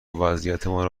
وضعیتمان